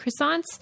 croissants